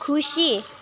खुसी